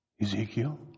Ezekiel